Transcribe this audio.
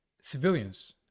civilians